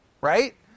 Right